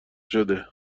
شده